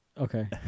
okay